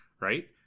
right